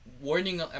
warning